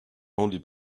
only